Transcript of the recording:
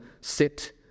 sit